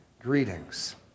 greetings